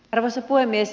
arvoisa puhemies